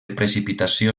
precipitació